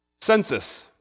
Census